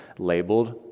labeled